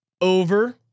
over